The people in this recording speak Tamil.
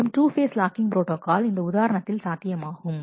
மேலும் 2 ஃபேஸ் லாக்கிங் ப்ரோட்டாகால் இந்த உதாரணத்தில் சாத்தியமாகும்